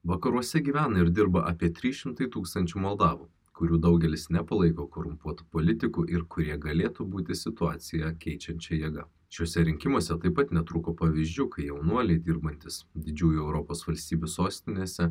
vakaruose gyvena ir dirba apie trys šimtai tūkstančių moldavų kurių daugelis nepalaiko korumpuotų politikų ir kurie galėtų būti situaciją keičiančia jėga šiuose rinkimuose taip pat netrūko pavyzdžių kai jaunuoliai dirbantys didžiųjų europos valstybių sostinėse